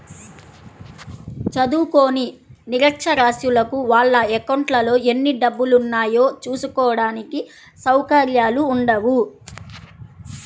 చదువుకోని నిరక్షరాస్యులకు వాళ్ళ అకౌంట్లలో ఎన్ని డబ్బులున్నాయో చూసుకోడానికి సౌకర్యాలు ఉండవు